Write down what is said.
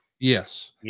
Yes